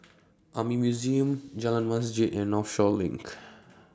Army Museum Jalan Masjid and Northshore LINK